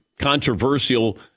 controversial